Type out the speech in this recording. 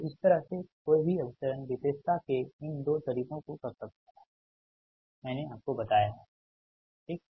तो इस तरह से कोई अभिसरण विशेषता के इन 2 तरीकों को कर सकता हैमैंने आपको बताया हैं ठीक